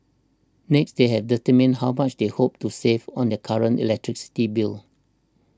next they have determine how much they hope to save on their current electricity bill